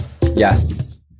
Yes